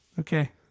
Okay